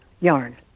yarn